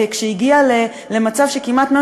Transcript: כשהגיע למצב שכמעט מת,